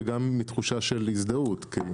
וגם מתחושה של הזדהות.